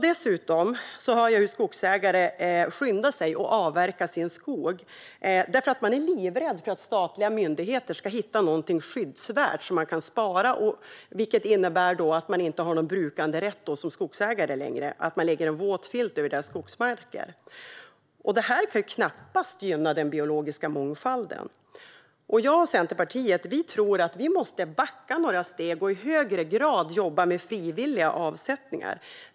Dessutom har skogsägare skyndat sig att avverka sin skog, för man är livrädd för att statliga myndigheter ska hitta något skyddsvärt som man kan spara. Det innebär att man inte längre har någon brukanderätt som skogsägare, utan det läggs en våt filt över ens skogsmarker. Detta kan knappast gynna den biologiska mångfalden. Jag och Centerpartiet tror att vi måste backa några steg och i högre grad jobba med frivilliga avsättningar.